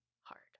hard